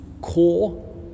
core